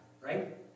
right